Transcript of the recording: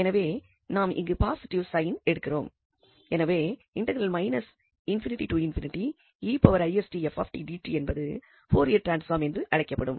எனவே நாம் இங்கு பாசிட்டிவ் சைன் எடுக்கிறோம் எனவே என்பது பூரியர் டிரான்ஸ்பாம் என்று அழைக்கப்படும்